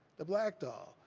the black doll,